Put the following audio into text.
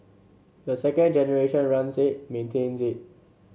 the second generation runs it maintains it